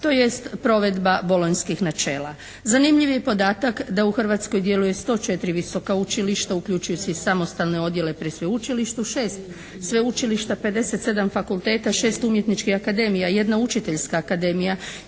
tj. provedba bolonjskih načela. Zanimljiv je podatak da u Hrvatskoj djeluje 104 visoka učilišta uključujući i samostalne odjele pri sveučilištu, 6 sveučilišta, 57 fakulteta, 6 umjetničkih akademija, jedna učiteljska akademija